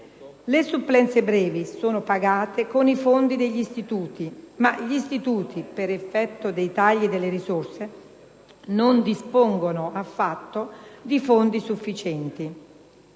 Le supplenze brevi sono pagate con i fondi degli istituti, ma gli istituti, per effetto dei tagli di risorse, non dispongono di fondi sufficienti.